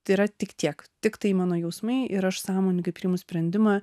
tai yra tik tiek tiktai mano jausmai ir aš sąmoningai priimu sprendimą